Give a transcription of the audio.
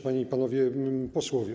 Panie i Panowie Posłowie!